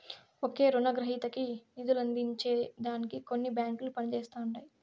ఒకే రునగ్రహీతకి నిదులందించే దానికి కొన్ని బాంకిలు పనిజేస్తండాయి